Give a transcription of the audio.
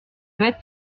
fait